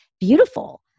beautiful